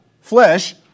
flesh